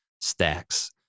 Stacks